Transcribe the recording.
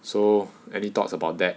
so any thoughts about that